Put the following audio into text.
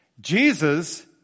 Jesus